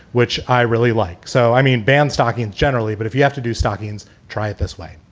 which i really like so i mean, banned stocking generally. but if you have to do stockings, try it this way.